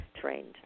trained